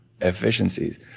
efficiencies